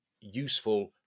useful